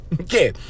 Okay